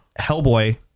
Hellboy